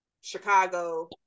Chicago